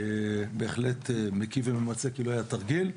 משחק מלחמה בהחלט מקיף וממצא כי לא היה תרגיל.